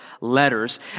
letters